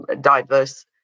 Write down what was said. diverse